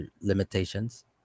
limitations